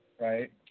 right